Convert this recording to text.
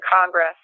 Congress